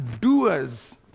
doers